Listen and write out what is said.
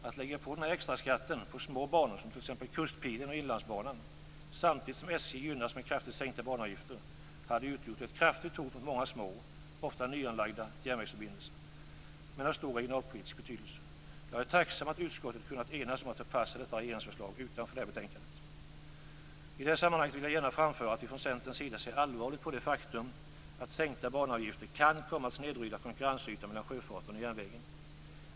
Att lägga på denna extraskatt på små banor som t.ex. Kustpilen och Inlandsbanan samtidigt som SJ gynnas med kraftigt sänkta banavgifter hade utgjort ett kraftigt hot mot många små, ofta nyanlagda, järnvägsförbindelser av stor regionalpolitisk betydelse. Jag är tacksam att utskottet kunnat enas om att förpassa detta regeringsförslag utanför betänkandets förslag. I detta sammanhang vill jag gärna framföra att vi från Centerns sida ser allvarligt på det faktum att sänkta banavgifter kan komma att snedvrida konkurrensytan mellan sjöfarten och järnvägen.